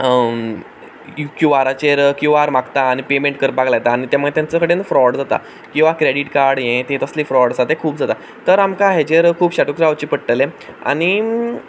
क्यूआरआचेर QR मागता आनी payment करपा लायता आनी ते मागीर तेंचे कडेन फ्रॉड जाता किंवां क्रॅडिट कार्ड हें तें तसले फ्रॉड आसा ते खूब जाता तर आमकां हेचेर खूब साधूर रावचें पडटलें आनी